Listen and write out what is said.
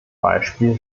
beispiel